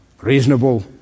Reasonable